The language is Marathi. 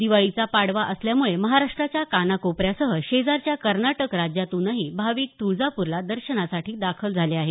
दिवाळीचा पाडवा असल्यामुळे महाराष्ट्राच्या कानाकोपऱ्यासह शेजारच्या कर्नाटक राज्यातूनही भाविक तळजापूरला दर्शनासाठी दाखल झाले आहेत